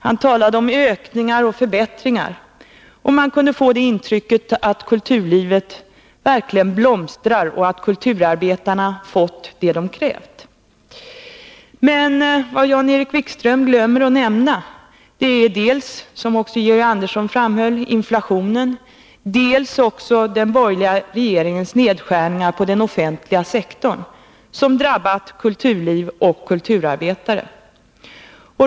Han talade om ökningar och förbättringar. Man kunde få intrycket att kulturlivet verkligen blomstrar och att kulturarbetarna fått det de krävt. Men vad Jan-Erik Wikström glömmer att nämna är dels, som också Georg Andersson framhöll, inflationen, dels den borgerliga regeringens nedskärningar på den offentliga sektorn, som drabbar kulturliv och kulturarbetare.